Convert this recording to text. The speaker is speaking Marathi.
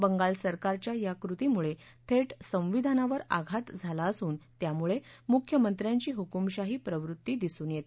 बंगाल सरकारच्या या कृत्तीमुळं थेट संविधानावर आघात झाला असून त्यामुळं मुख्यमंत्र्यांची हुकुमशाही प्रवृत्ती दिसून येते